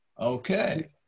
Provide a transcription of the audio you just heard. Okay